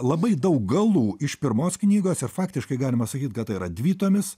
labai daug galų iš pirmos knygosir faktiškai galima sakyt kad tai yra dvitomis